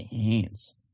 hands